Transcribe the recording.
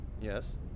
Yes